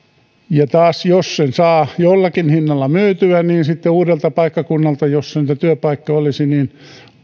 jos taas sen saa jollakin hinnalla myytyä niin sitten uudelta paikkakunnalta jossa niitä työpaikkoja olisi